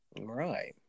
Right